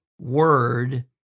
word